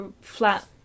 flat